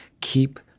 keep